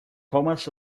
thomas